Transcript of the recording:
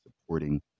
supporting